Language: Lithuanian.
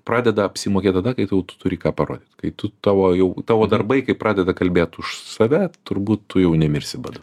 pradeda apsimokėt tada kai tu jau turi ką parodyt kai tu tavo jau tavo darbai kai pradeda kalbėt už save turbūt tu jau nemirsi badu